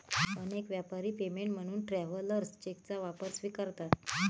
अनेक व्यापारी पेमेंट म्हणून ट्रॅव्हलर्स चेकचा वापर स्वीकारतात